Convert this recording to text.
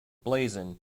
blazon